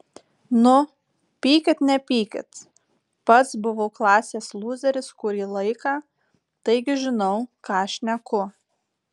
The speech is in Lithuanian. nu pykit nepykit pats buvau klasės lūzeris kurį laiką taigi žinau ką šneku